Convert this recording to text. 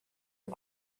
and